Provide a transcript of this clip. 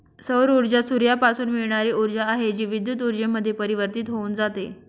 सौर ऊर्जा सूर्यापासून मिळणारी ऊर्जा आहे, जी विद्युत ऊर्जेमध्ये परिवर्तित होऊन जाते